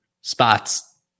spots